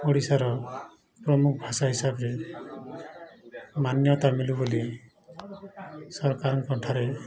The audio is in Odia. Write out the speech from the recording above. ଓଡ଼ିଶାର ପ୍ରମୁଖ ଭାଷା ହିସାବରେ ମାନ୍ୟତା ମିଳୁ ବୋଲି ସରକାରଙ୍କ ଠାରେ